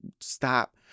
stop